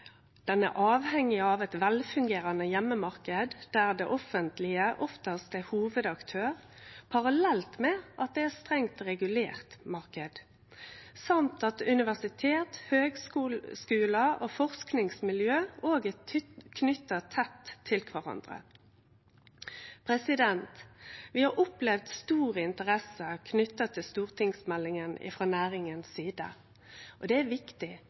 er avhengig av ein velfungerande heimemarknad der det offentlege oftast er hovudaktør, parallelt med at det er ein strengt regulert marknad, samt at universitet, høgskular og forskingsmiljø òg er knytte tett til kvarandre. Vi har opplevd stor interesse knytt til stortingsmeldinga frå næringa si side. Det er viktig. Det er òg viktig